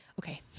Okay